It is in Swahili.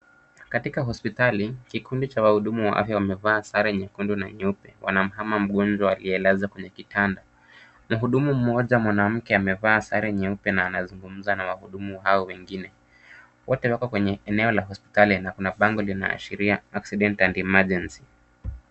Katika hospitali kikundi cha wahudumu wa afya wamevaa sare nyekundu na nyeupe. Wanamtazama mgonjwa aliyelazwa kwenye kitanda. Mhudumu mmoja mwanamke amevaa sare nyeupe na anazungumza na wahudumu hao wengine. Wote hapa kwenye eneo la hospitali kuna bango linaashiria accident and emergency .